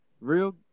Real